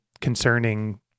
concerning